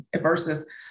versus